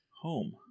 home